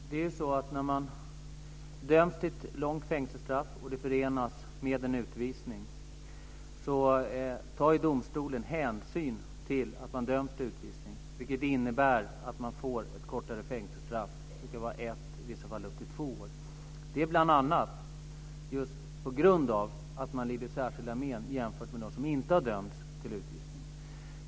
Herr talman! När man döms till ett långt fängelsestraff och det förenas med en utvisning så tar domstolen hänsyn till att man döms till utvisning, vilket innebär att man får ett kortare fängelsestraff - ett år, och vissa fall upp till två år kortare. Detta sker bl.a. på grund av att man lidit särskilda men jämfört med dem som inte har dömts till utvisning.